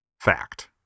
Fact